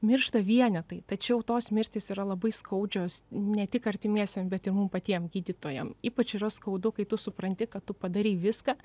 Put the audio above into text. miršta vienetai tačiau tos mirtys yra labai skaudžios ne tik artimiesiem bet ir mum patiem gydytojam ypač yra skaudu kai tu supranti kad tu padarei viską